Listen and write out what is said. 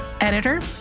editor